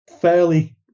fairly